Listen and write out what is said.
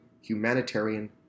humanitarian